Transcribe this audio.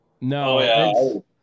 No